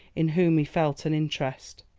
in whom he felt an interest.